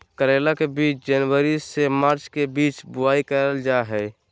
करेला के बीज जनवरी से मार्च के बीच बुआई करल जा हय